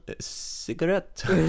cigarette